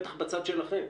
בטח בצד שלכם.